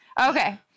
Okay